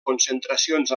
concentracions